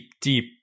deep